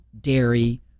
dairy